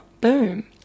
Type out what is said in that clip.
boom